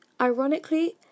ironically